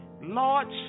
Lord